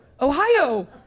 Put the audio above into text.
Ohio